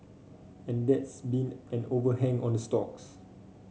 and that's been an overhang on the stocks